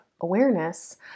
awareness